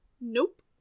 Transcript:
Nope